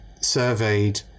surveyed